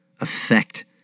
affect